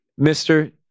Mr